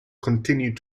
continued